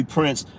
Prince